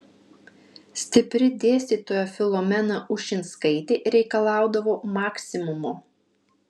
stipri dėstytoja filomena ušinskaitė reikalaudavo maksimumo